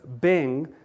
Bing